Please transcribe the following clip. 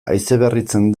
haizeberritzen